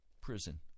prison